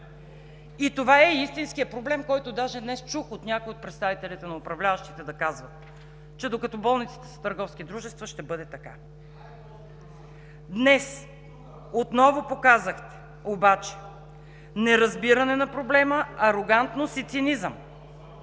И това е истинският проблем. Даже днес чух някой от представителите на управляващите да казва, че докато болниците са търговски дружества, ще бъде така. Днес отново показахте обаче неразбиране на проблема, арогантност и цинизъм.